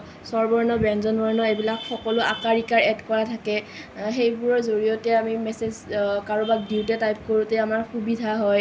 স্বৰ বৰ্ণ ব্যঞ্জন বৰ্ণ এইবিলাক সকলো আ কাৰ ই কাৰ এড কৰা থাকে সেইবোৰৰ জৰিয়তে আমি মেছেজ কাৰোবাক দিওঁতে টাইপ কৰোঁতে আমাৰ সুবিধা হয়